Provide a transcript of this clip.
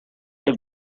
have